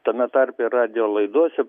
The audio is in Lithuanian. tame tarpe ir radijo laidose